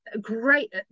Great